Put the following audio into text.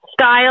Style